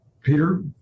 Peter